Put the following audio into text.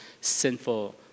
sinful